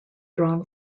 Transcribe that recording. drawn